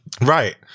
Right